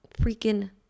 freaking